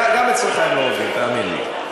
גם אצלך הם לא עובדים, תאמין לי.